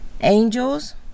angels